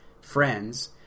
friends